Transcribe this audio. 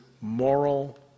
moral